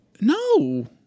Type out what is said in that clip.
No